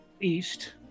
east